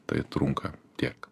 tai trunka tiek